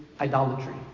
idolatry